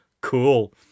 cool